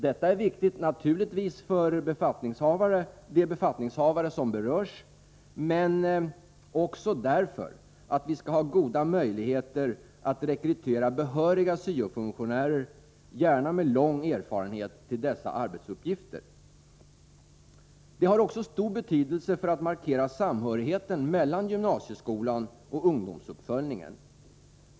Detta är naturligtvis viktigt för de befattningshavare som berörs, men också därför att vi skall ha goda möjligheter att rekrytera behöriga syo-funktionärer, gärna med lång erfarenhet, till dessa arbetsuppgifter. Det har också stor betydelse för att markera samhörigheten mellan gymnasieskolan och ungdomsuppföljningen.